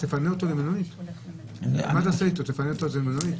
תפנה אותו למלונית?